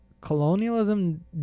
colonialism